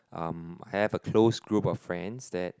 um I have a close group of friends that